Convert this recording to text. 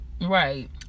right